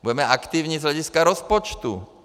Budeme aktivní z hlediska rozpočtu.